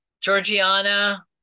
Georgiana